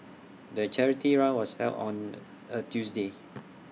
the charity run was held on A Tuesday